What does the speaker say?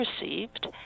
received